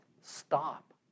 stop